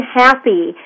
happy